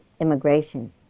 immigration